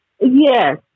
yes